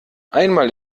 einmal